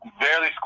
barely